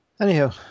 Anyhow